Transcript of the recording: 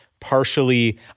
partially –